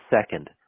second